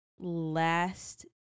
last